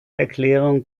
erklärung